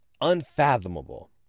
unfathomable